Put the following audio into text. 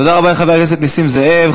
תודה רבה לחבר הכנסת נסים זאב.